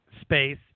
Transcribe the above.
space